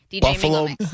Buffalo